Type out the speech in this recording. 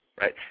right